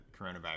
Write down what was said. coronavirus